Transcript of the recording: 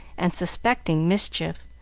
and suspecting mischief,